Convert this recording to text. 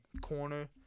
corner